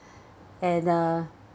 and uh